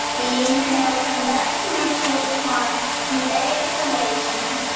inhale, turn back to neutral spine with exhalation,